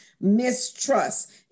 mistrust